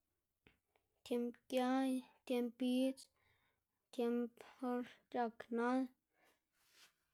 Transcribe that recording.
tiemb gia y tiemb bidz, tiemb or c̲h̲ak nal.